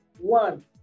one